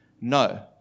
no